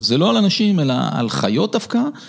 זה לא על אנשים אלא על חיות דווקא.